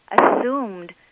assumed